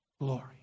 glory